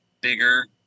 bigger